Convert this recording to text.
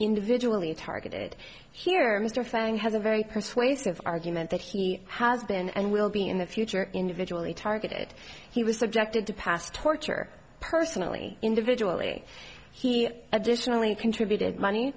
individually targeted here mr fang has a very persuasive argument that he has been and will be in the future individually targeted he was subjected to past torture personally individually he additionally contributed money